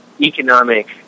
economic